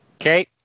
Okay